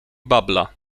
babla